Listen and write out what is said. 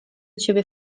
ciebie